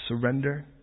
surrender